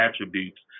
attributes